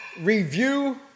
Review